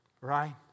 right